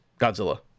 Godzilla